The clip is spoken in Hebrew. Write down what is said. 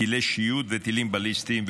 טילי שיוט וטילים בליסטיים,